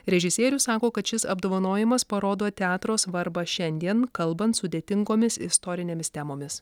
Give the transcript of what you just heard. režisierius sako kad šis apdovanojimas parodo teatro svarbą šiandien kalbant sudėtingomis istorinėmis temomis